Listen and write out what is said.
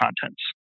contents